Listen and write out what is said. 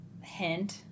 hint